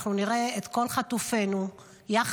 אנחנו נראה את כל חטופינו יחד,